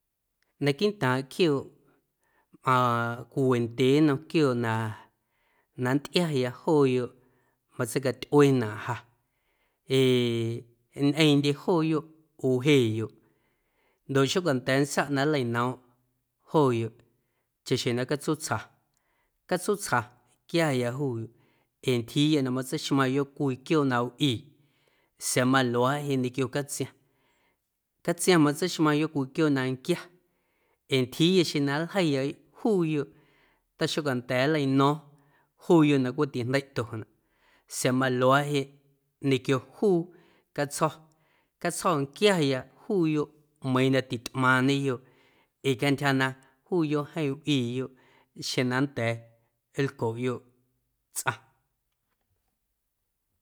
Naquiiꞌntaaⁿ quiooꞌ mꞌaaⁿ cwiwendyee nnom quiooꞌ na nntꞌiaya jooyoꞌ matseicatyꞌuenaꞌ ja ee ñꞌeeⁿꞌndye jooyoꞌ wjeeyoꞌ ndoꞌ xocanda̱a̱ nntsaꞌ na nleinoomꞌ jooyoꞌ chaxjeⁿ na catsuutsja, catsuutsja quiaya juuyoꞌ ee ntyjiiya na matseixmaⁿyoꞌ cwii quiooꞌ na wꞌii sa̱a̱ maluaaꞌ jeꞌ ñequio catsiaⁿ, catsiaⁿ matseixmaⁿyoꞌ cwii quiooꞌ na nquia ee ntyjiiya xeⁿ na nljeiiya juuyoꞌ taxocanda̱a̱ nleino̱o̱ⁿ juuyoꞌ na cweꞌ tijndeiꞌtonaꞌ sa̱a̱ maluaaꞌ jeꞌ ñequio juu catsjo̱, catsjo̱ nquiaya juuyoꞌ meiiⁿ na titꞌmaaⁿñeyoꞌ ee cantyja na juuyoꞌ jeeⁿ wꞌiiyoꞌ xeⁿ na nnda̱a̱ nlcoꞌyoꞌ tsꞌaⁿ.